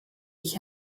ich